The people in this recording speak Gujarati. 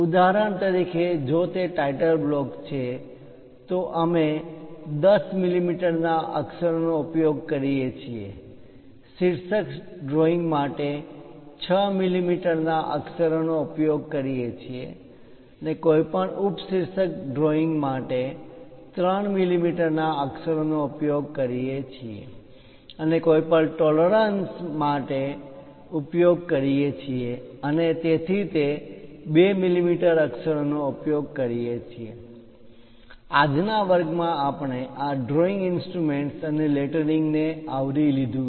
ઉદાહરણ તરીકે જો તે ટાઇટલ બ્લોક છે તો અમે 10 મિલીમીટર ના અક્ષરોનો ઉપયોગ કરીએ છીએ શીર્ષક ડ્રોઇંગ માટે 6 મિલીમીટર ના અક્ષરોનો ઉપયોગ કરીએ છીએ કોઈપણ ઉપશીર્ષક ડ્રોઇંગ માટે 3 મિલીમીટર ના અક્ષરોનો ઉપયોગ કરીએ છીએ અને કોઈપણ ટોલરન્સ tolerances પરિમાણ માં માન્ય તફાવત માટે ઉપયોગ કરીએ છીએ અને તેથી તે 2 મિલીમીટર અક્ષરોનો ઉપયોગ કરીએ છીએ આજના વર્ગમાં આપણે આ ડ્રોઇંગ ઇન્સ્ટ્રુમેન્ટ્સ અને લેટરિંગ ને આવરી લીધું છે